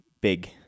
big